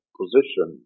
position